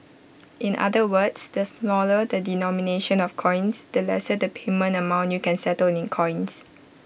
in other words the smaller the denomination of coins the lesser the payment amount you can settle in coins